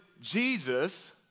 Jesus